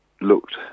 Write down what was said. looked